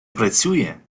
працює